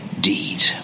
deed